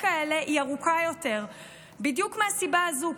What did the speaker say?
כאלה היא ארוכה יותר בדיוק מהסיבה הזו,